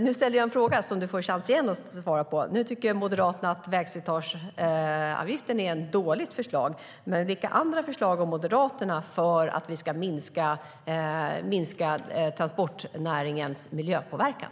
Nu ställer jag en fråga som han åter får en chans att svara på: Moderaterna tycker att vägslitageavgiften är ett dåligt förslag, men vilka andra förslag har Moderaterna för att vi ska minska transportnäringens miljöpåverkan?